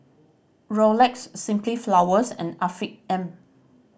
Rolex Simply Flowers and Afiq M